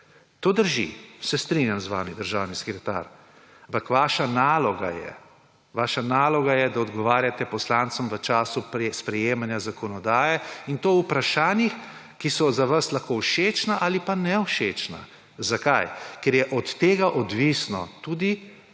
To drži. Se strinjam z vami, državni sekretar. Ampak vaša naloga je, vaša naloga je, da ogovarjate poslancem v času sprejemanja zakonodaje in to o vprašanjih, ki so za vas lahko všečna ali pa nevšečna. Zakaj? Ker je od tega odvisno tudi